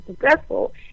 successful